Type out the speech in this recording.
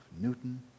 Newton